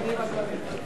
ואתם יודעים,